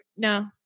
No